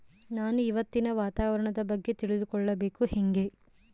ನಾನು ಇವತ್ತಿನ ವಾತಾವರಣದ ಬಗ್ಗೆ ತಿಳಿದುಕೊಳ್ಳೋದು ಹೆಂಗೆ?